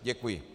Děkuji.